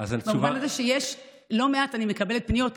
במובן הזה שיש לא מעט אני פשוט מקבלת פניות,